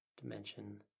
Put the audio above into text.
dimension